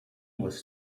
was